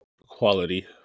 Quality